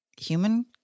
human